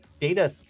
data